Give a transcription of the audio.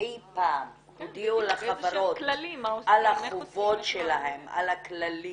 אי פעם הודיע לחברות על החובות שלהם, על הכללים,